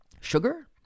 Sugar